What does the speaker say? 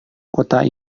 kota